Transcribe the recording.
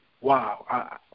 wow